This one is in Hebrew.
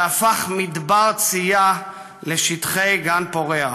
והפך מדבר צייה לשטחי גן פורח,